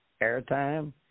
airtime